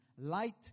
Light